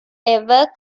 ever